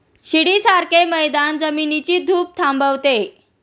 शिडीसारखे मैदान जमिनीची धूप थांबवते